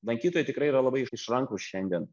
lankytojai tikrai yra labai išrankūs šiandien